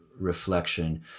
reflection